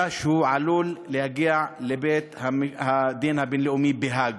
שהוא עלול להגיע לבית-הדין הבין-לאומי בהאג.